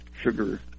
sugar